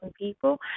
people